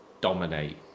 dominate